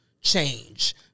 change